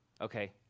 okay